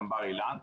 גם בר אילן.